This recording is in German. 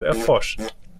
erforschen